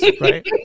right